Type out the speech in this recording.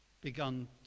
begun